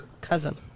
cousin